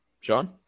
Sean